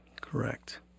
Correct